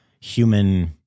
human